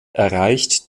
erreicht